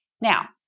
now